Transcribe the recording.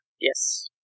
Yes